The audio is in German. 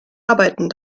arbeiten